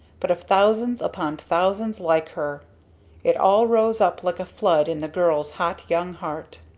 but of thousands upon thousands like her it all rose up like a flood in the girl's hot young heart.